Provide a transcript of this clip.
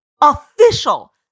official